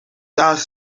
has